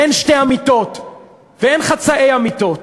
אין שתי אמיתות ואין חצאי אמיתות,